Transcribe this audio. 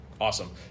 Awesome